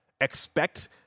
expect